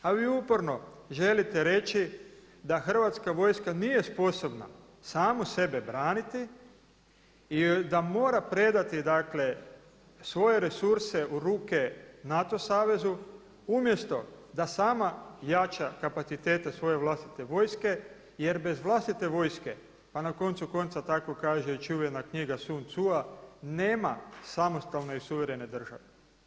A vi uporno želite reći da hrvatska vojska nije sposobna samu sebe braniti i da mora predati dakle svoje resurse u ruke NATO savezu umjesto da sama jača kapacitete svoje vlastite vojske, jer bez vlastite vojske a na koncu konca tako kaže i čuvena knjiga Sun Cua nema samostalne i suverene države.